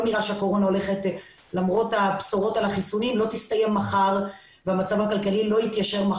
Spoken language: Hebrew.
נראה שהקורונה הולכת להסתיים מחר והמצב הכלכלי לא יתיישר.